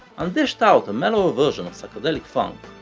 um dished out a mellower version of psychedelic funk,